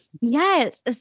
yes